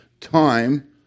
time